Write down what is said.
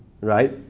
Right